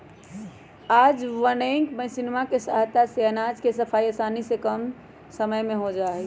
आज विन्नोइंग मशीनवा के सहायता से अनाज के सफाई आसानी से कम समय में हो जाहई